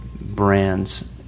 brands